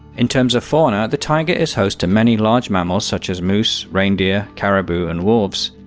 in terms of fauna, the taiga is host to many large mammals such as moose, reindeer, caribou and wolves.